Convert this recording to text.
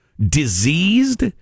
diseased